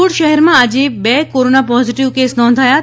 રાજકોટ શહેરમાં આજે બે કોરોના પોઝીટીવ કેસ નોંધાયા છે